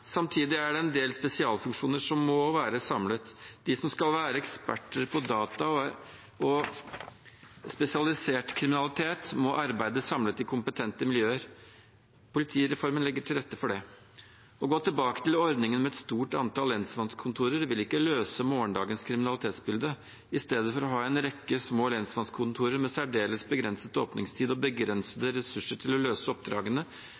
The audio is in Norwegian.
Samtidig er det en del spesialfunksjoner som må være samlet. De som skal være eksperter på data og spesialisert kriminalitet, må arbeide samlet i kompetente miljøer. Politireformen legger til rette for det. Å gå tilbake til ordningen med et stort antall lensmannskontorer vil ikke løse morgendagens kriminalitetsbilde. I stedet for å ha en rekke små lensmannskontorer med særdeles begrenset åpningstid og begrensede ressurser til å løse oppdragene,